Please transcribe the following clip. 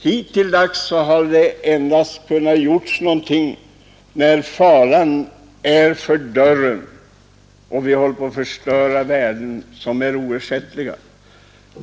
Hittilldags har det kunnat göras någonting endast när faran stått för dörren, och vi har varit på väg att förstöra oersättliga värden.